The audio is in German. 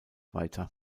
weiter